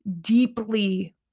deeply